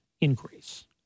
increase